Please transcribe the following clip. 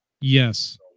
Yes